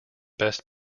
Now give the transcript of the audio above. best